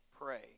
pray